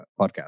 podcast